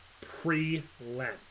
pre-Lent